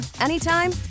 anytime